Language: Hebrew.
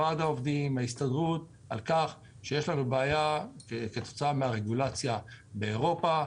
וועד העובדים וההסתדרות על כך שיש לנו בעיה כתוצאה מהרגולציה באירופה,